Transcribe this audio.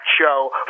show